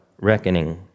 reckoning